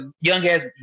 young-ass